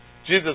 Jesus